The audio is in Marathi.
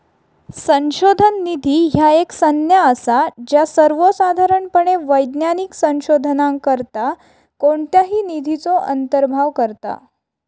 संशोधन निधी ह्या एक संज्ञा असा ज्या सर्वोसाधारणपणे वैज्ञानिक संशोधनाकरता कोणत्याही निधीचो अंतर्भाव करता